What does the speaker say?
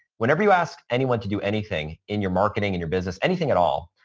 whenever you ask anyone to do anything, in your marketing, in your business, anything at all,